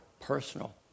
personal